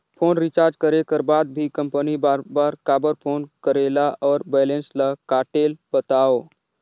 Phone recharge करे कर बाद भी कंपनी बार बार काबर फोन करेला और बैलेंस ल काटेल बतावव?